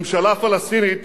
ממשלה פלסטינית